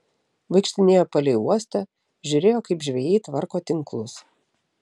vaikštinėjo palei uostą žiūrėjo kaip žvejai tvarko tinklus